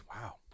Wow